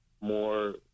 more